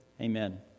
Amen